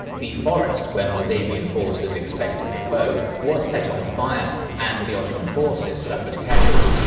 the forest where moldavian forces expected the foe was set on fire, and the ottoman forces suffered casualties.